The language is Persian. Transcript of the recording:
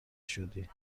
شدی